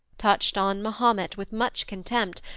touched on mahomet with much contempt,